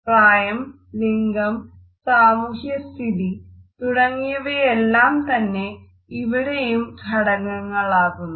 പ്രായം ലിംഗം സാമൂഹ്യ സ്ഥിതി തുടങ്ങിയവയെല്ലാംതന്നെ ഇവിടെയും ഘടകങ്ങളാകുന്നു